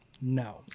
No